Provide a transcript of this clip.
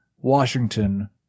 Washington